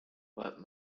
what